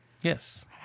Yes